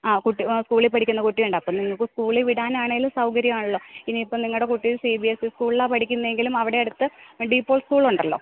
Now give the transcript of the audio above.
ആ കുട്ടി സ്കൂളില് പഠിക്കുന്ന കുട്ടി ഉണ്ട് അപ്പോള് നിങ്ങള്ക്ക് സ്കൂളിൽ വിടാനാണേലും സൗകര്യമാണല്ലോ ഇനിയിപ്പോള് നിങ്ങളുടെ കുട്ടി സി ബി എസ് ഇ സ്കൂളിലാണു പഠിക്കുന്നതെങ്കിലും അവിടെ അടുത്ത് ഡീപോൾ സ്കൂളുണ്ടല്ലോ